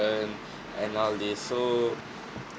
and all this so